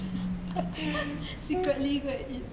secretly go and eat